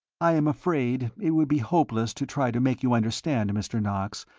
i am afraid it would be hopeless to try to make you understand, mr. knox,